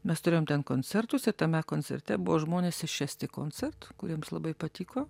mes turėjom ten koncertus ir tame koncerte buvo žmonės iš esti koncert kuriems labai patiko